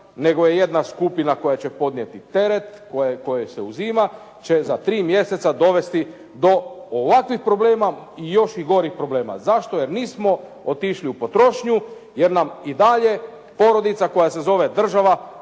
nego je jedna skupina koja će podnijeti teret, kojoj se uzima će za 3 mjeseca dovesti do ovakvih problema i još i gorih problema. Zašto? Jer nismo otišli u potrošnju, jer nam i dalje porodica koja se zove država